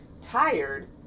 tired